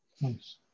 Nice